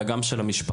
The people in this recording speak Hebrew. אלא גם של המשפחות.